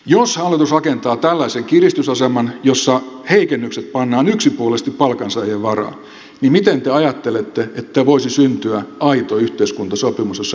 jos hallitus rakentaa tällaisen kiristysaseman jossa heikennykset pannaan yksipuolisesti palkansaajien varaan niin miten te ajattelette että voisi syntyä aito yhteiskuntasopimus jossa kaikki ovat mukana